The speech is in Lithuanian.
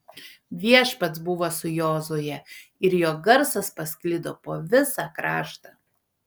viešpats buvo su jozue ir jo garsas pasklido po visą kraštą